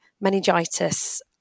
meningitis